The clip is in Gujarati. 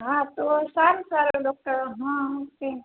હાં તો સારું સારું ડોકટર હ